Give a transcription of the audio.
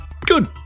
good